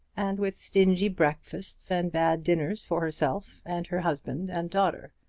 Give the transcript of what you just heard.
and with stingy breakfasts and bad dinners for herself and her husband and daughter.